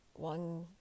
one